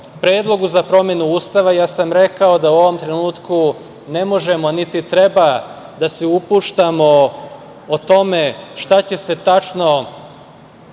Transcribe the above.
predlogu za promenu Ustava ja sam rekao da u ovom trenutku ne možemo, niti treba da se upuštamo o tome šta će tačno biti